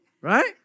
Right